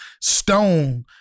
stone